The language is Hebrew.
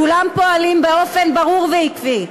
כולם פועלים באופן ברור ועקבי.